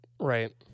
Right